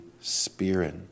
Spirit